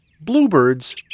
Bluebirds